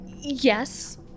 Yes